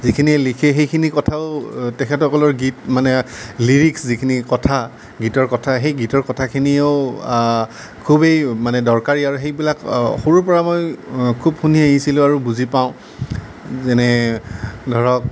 যিখিনি লিখে সেইখিনি কথাও তেখেতসকলৰ গীত মানে লিৰিক্স যিখিনি কথা গীতৰ কথা সেই গীতৰ কথাখিনিও খুবেই মানে দৰকাৰী আৰু মানে সেইবিলাক সৰুৰ পৰা মই খুব শুনি আহিছিলোঁ আৰু বুজি পাওঁ যেনে ধৰক